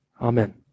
Amen